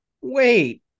wait